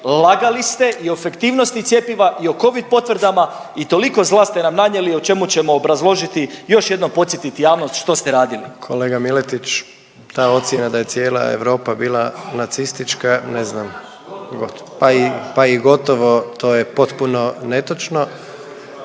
lagali ste i o efektivnosti cjepiva i o Covid potvrdama i toliko zla ste nam nanijeli, o čemu ćemo obrazložiti i još jednom podsjetiti javnost što ste radili. **Jandroković, Gordan (HDZ)** Kolega Miletić, ta ocjena da je cijela Europa bila nacistička, ne znam. Pa i gotovo, to je potpuno netočno.